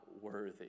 worthy